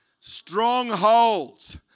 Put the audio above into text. strongholds